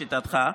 לשיטתך,